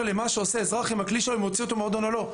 למה שעושה אזרח עם הכלי שלו אם הוא הוציא אותו ממועדון או לא.